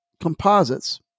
composites